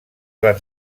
van